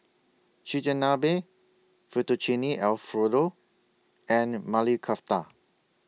Chigenabe Fettuccine Alfredo and Mali Kofta